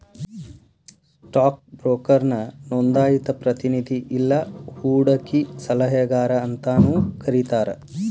stock ಬ್ರೋಕರ್ನ ನೋಂದಾಯಿತ ಪ್ರತಿನಿಧಿ ಇಲ್ಲಾ ಹೂಡಕಿ ಸಲಹೆಗಾರ ಅಂತಾನೂ ಕರಿತಾರ